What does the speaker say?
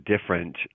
different